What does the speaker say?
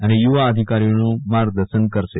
અને યુ વા અધિકારીઓનું માર્ગદર્શન કરશે